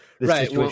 Right